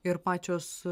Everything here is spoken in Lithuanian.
ir pačios